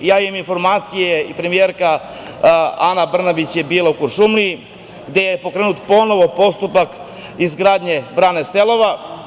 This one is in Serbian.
Imam informacije i premijerka Ana Brnabić je bila u Kuršumliji, gde je pokrenut ponovo postupak izgradnje brane „Selova“